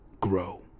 grow